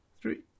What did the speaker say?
Three